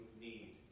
need